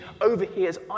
overhears